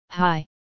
hi